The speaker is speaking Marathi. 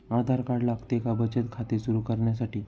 आधार कार्ड लागते का बचत खाते सुरू करण्यासाठी?